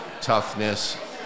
toughness